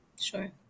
Sure